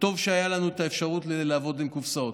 וטוב שהייתה לנו אפשרות לעבוד עם קופסאות.